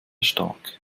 stark